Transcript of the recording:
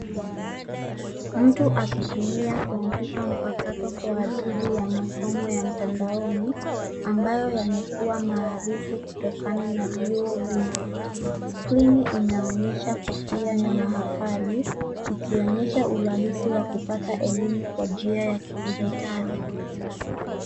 Mtu akitumia kompyuta mpakato kwa ajili ya masomo ya mtandaoni, ambayo yamekuwa maarufu kutokana na vyuo mingi. Skrini inaonyesha kofia ya maafani ikionyesha urahisi wa kupata elimu kwa njia ya kidigitali.